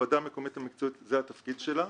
הוועדה המקומית המקצועית זה התפקיד שלה.